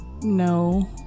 No